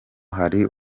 hari